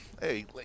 Hey